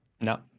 No